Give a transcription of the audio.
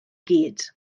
gyd